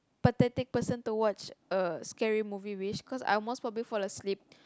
pathetic person to watch a scary movie with cause I'll most probably fall asleep